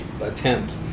attempt